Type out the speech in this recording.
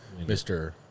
Mr